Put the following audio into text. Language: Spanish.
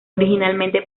originalmente